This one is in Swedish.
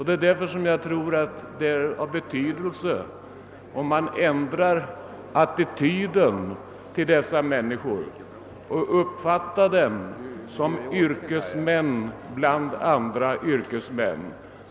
Det är därför som jag tror att det är av betydelse om man ändrar attityden till dessa människor och uppfattar dem som yrkesmän bland andra yrkesmän.